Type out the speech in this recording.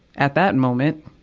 at that moment,